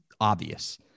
obvious